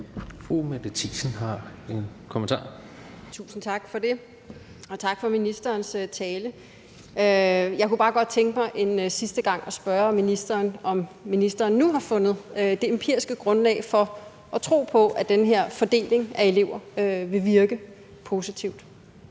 Mette Thiesen (NB): Tusind tak for det. Og tak for ministerens tale. Jeg kunne bare godt tænke mig en sidste gang at spørge ministeren, om ministeren nu har fundet det empiriske grundlag for at tro på, at den her fordeling af elever vil virke positivt.